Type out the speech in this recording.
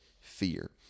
fear